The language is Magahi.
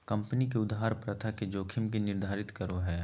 कम्पनी के उधार प्रथा के जोखिम के निर्धारित करो हइ